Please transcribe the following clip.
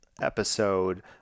episode